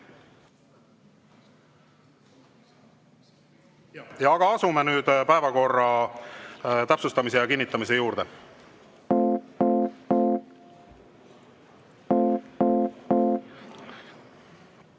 Aga asume nüüd päevakorra täpsustamise ja kinnitamise juurde.